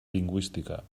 lingüística